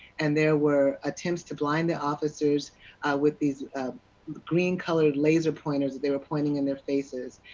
and there were attempts to blind the officers with these green colored laser pointers they were pointing in their faces.